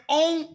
own